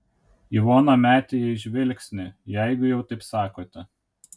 ivona metė jai žvilgsnį jeigu jau taip sakote